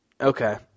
Okay